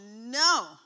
no